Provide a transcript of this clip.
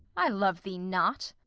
i love thee not.